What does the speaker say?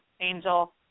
Angel